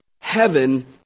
heaven